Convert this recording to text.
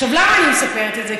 למה אני מספרת את זה?